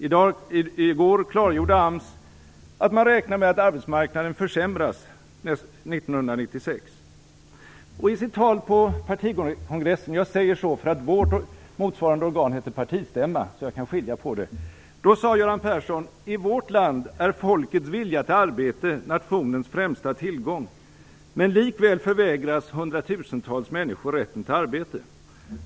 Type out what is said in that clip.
I går klargjorde AMS att man räknar med att arbetsmarknaden försämras under 1996. I sitt tal på partikongressen - jag säger så därför att vårt motsvarande organ heter partistämma, så jag kan skilja på det - klargjorde Göran Persson: I vårt land är folkets vilja till arbete nationens främsta tillgång. Men likväl förvägras hundratusentals människor rätten till arbete.